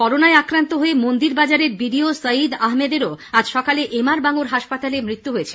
corona আক্রান্ত হয়ে মন্দির বাজারের বিডিও সঈদ আহমেদেরও আজ সকালে এম আর বাঙ্গুর হাসপাতালে মৃত্যু হয়েছে